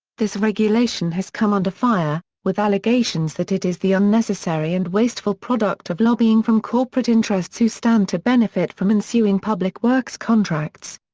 this regulation has come under fire, with allegations that it is the unnecessary and wasteful product of lobbying from corporate interests who stand to benefit from ensuing public works contracts.